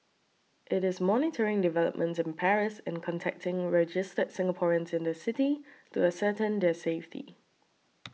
it is monitoring developments in Paris and contacting registered Singaporeans in the city to ascertain their safety